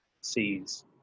sees